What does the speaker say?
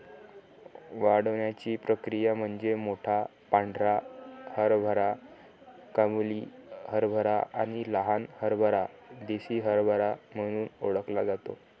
वाढण्याची प्रक्रिया म्हणजे मोठा पांढरा हरभरा काबुली हरभरा आणि लहान हरभरा देसी हरभरा म्हणून ओळखला जातो